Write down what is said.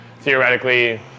Theoretically